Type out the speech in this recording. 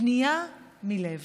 פנייה מלב